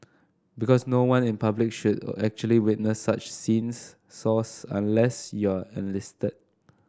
because no one in public should actually witness such scenes source unless you're enlisted